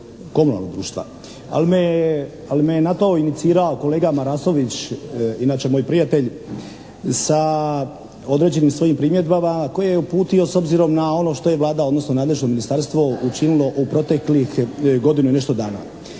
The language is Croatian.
komunalnog društva, ali me je na to inicirao kolega Marasović, inače moj prijatelj sa određenim svojim primjedbama koje je uputio s obzirom na ono što je Vlada, odnosno nadležno ministarstvo učinilo u proteklih godinu i nešto dana.